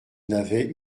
n’avait